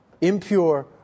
Impure